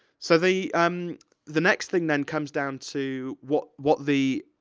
so the, um the next thing, then, comes down to what what the,